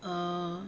err